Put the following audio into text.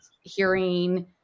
hearing